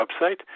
website